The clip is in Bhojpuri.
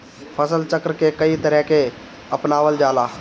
फसल चक्र के कयी तरह के अपनावल जाला?